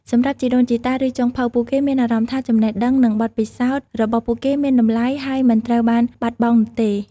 សម្រាប់ ជីដូនជីតា ឬចុងភៅ ពួកគេមានអារម្មណ៍ថាចំណេះដឹងនិងបទពិសោធន៍របស់ពួកគេមានតម្លៃ ហើយមិនត្រូវបានបាត់បង់នោះទេ។